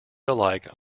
alike